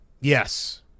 Yes